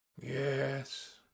Yes